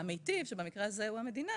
והמיטיב שבמקרה הזה הוא המדינה